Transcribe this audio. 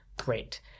Great